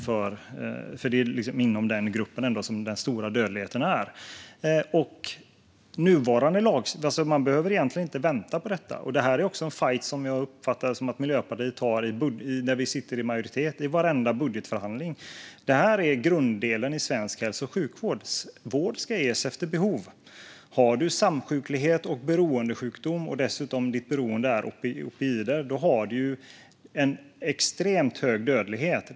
Det är ändå inom den gruppen som den stora dödligheten är. Man behöver egentligen inte vänta på detta. Det är också en fajt som jag uppfattar att Miljöpartiet tar när vi sitter i majoritet i varenda budgetförhandling. Det är grunddelen i svensk hälso och sjukvård. Vård ska ges efter behov. Har du samsjuklighet, beroendesjukdom och ditt beroende dessutom gäller opioider är det en extremt hög dödlighet.